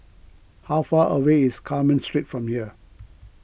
how far away is Carmen Street from here